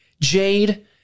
Jade